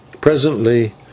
Presently